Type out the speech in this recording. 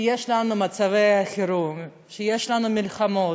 כשיש לנו מצבי חירום, כשיש לנו מלחמות,